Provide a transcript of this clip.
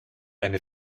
eine